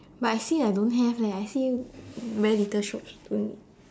but I see like don't have leh I see very little shops doing it